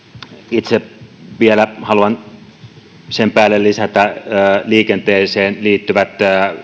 itse vielä haluan sen päälle lisätä liikenteeseen liittyvät